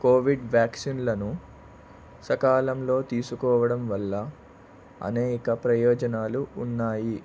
Covid వ్యాక్సిన్లను సకాలంలో తీసుకోవడం వల్ల అనేక ప్రయోజనాలు ఉన్నాయి